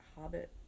Hobbit